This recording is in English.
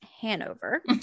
Hanover